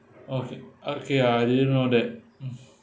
okay uh ya I didn't know that mm